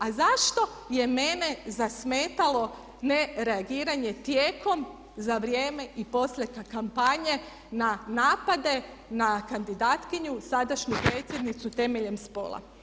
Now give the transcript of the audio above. A zašto je mene zasmetalo ne reagiranje tijekom, za vrijeme i poslije kampanje na napade na kandidatkinju sadašnju predsjednicu temeljem spola?